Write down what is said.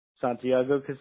Santiago